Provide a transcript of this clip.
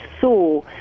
saw